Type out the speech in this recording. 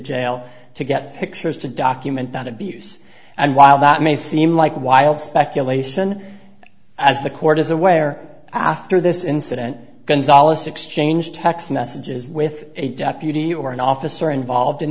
jail to get pictures to document that abuse and while that may seem like wild speculation as the court is aware after this incident gonzales exchanged text messages with a deputy or an officer involved in